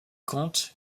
contes